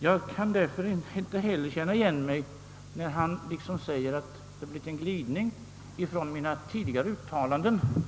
Jag kan därför inte heller riktigt känna igen mig när herr Hermansson säger att det liksom blivit en glidning från mina tidigare uttalanden.